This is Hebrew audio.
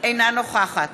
אינה נוכחת